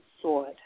sword